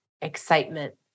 excitement